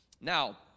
Now